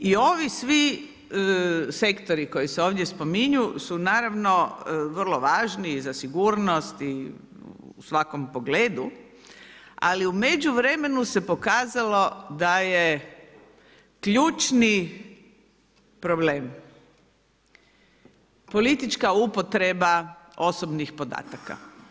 I ovi svi sektori koji se ovdje spominje, su naravno vrlo važni i za sigurnost i u svakom pogledu, ali u međuvremenu se pokazalo da je ključni problem, politička upotreba osobnih podataka.